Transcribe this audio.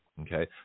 Okay